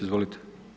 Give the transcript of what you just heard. Izvolite.